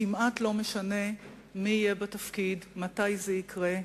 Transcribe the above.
כמעט לא משנה מי יהיה בתפקיד או מתי זה יקרה,